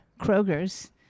Kroger's